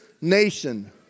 nation